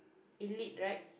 elite right